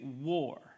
war